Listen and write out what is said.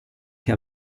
che